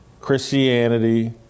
Christianity